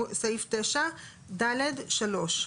סעיף 9(ד)(3).